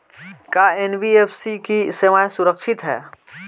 का एन.बी.एफ.सी की सेवायें सुरक्षित है?